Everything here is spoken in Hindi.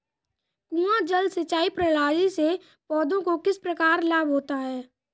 कुआँ जल सिंचाई प्रणाली से पौधों को किस प्रकार लाभ होता है?